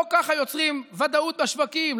לא ככה יוצרים ודאות בשווקים.